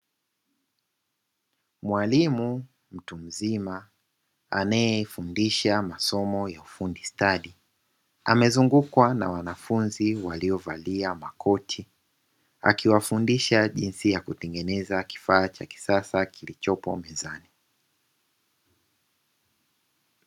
Mwalimu mtu mzima anaye fundisha masomo ya ufundi stadi amezungukwa na wanafunzi walio valia makoti, akiwafundisha jinsi ya kutengeneza kifaa cha kisasa kilichopo mezani.